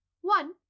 one